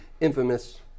infamous